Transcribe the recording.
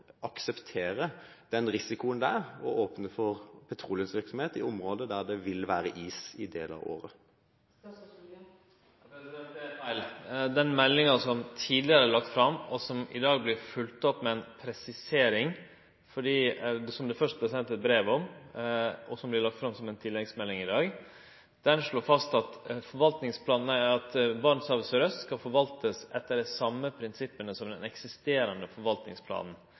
den risikoen det er å åpne for petroleumsvirksomhet i områder der det vil være is i deler av året? Det er feil. Den meldinga som tidlegare er lagd fram, og som i dag vert følgd opp med ei presisering – som det først vart sendt eit brev om og som vert lagt fram som ei tilleggsmelding i dag – slår fast at ifølgje forvaltingsplanen skal Barentshavet sørøst forvaltast etter dei same prinsippa som i den